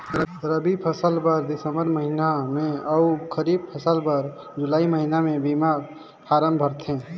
रबी फसिल बर दिसंबर महिना में अउ खरीब फसिल बर जुलाई महिना में बीमा फारम भराथे